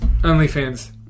OnlyFans